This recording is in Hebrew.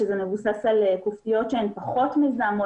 שמבוסס על כופתיות שהן פחות מזהמות.